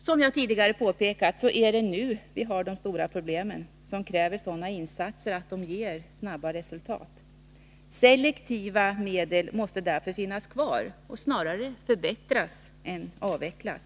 Som jag tidigare påpekat, är det nu vi har de stora problemen som kräver sådana insatser att det blir snabba resultat. Selektiva medel måste därför finnas kvar och snarare förbättras än avvecklas.